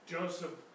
Joseph